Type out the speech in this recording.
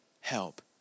help